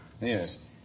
Yes